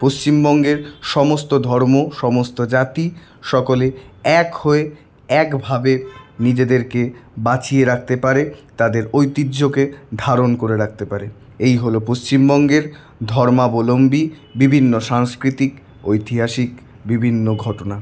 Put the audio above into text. পশ্চিমবঙ্গের সমস্ত ধর্ম সমস্ত জাতি সকলে এক হয়ে একভাবে নিজেদেরকে বাঁচিয়ে রাখতে পারে তাদের ঐতিহ্যকে ধারণ করে রাখতে পারে এই হল পশ্চিমবঙ্গের ধর্মালম্বী বিভিন্ন সাংস্কৃতিক ঐতিহাসিক বিভিন্ন ঘটনা